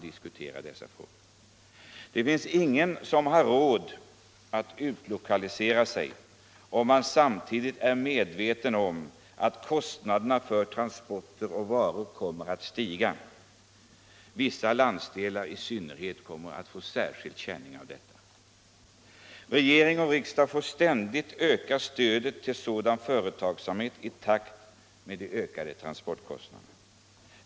Det finns ingen som har råd att utlokalisera sig, om man samtidigt är medveten om att kostnaderna för transporten av varorna kommer att stiga: Vissa landsdelar kommer att få särskild känning av detta. Regering och riksdag blir tvungna att ständigt öka stödet till sådan företagsamhet i takt med de ökade transportkostnaderna.